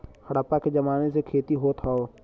हड़प्पा के जमाने से खेती होत हौ